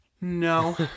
No